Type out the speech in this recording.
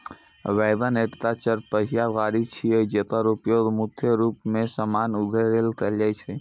wagon एकटा चरपहिया गाड़ी छियै, जेकर उपयोग मुख्य रूप मे सामान उघै लेल कैल जाइ छै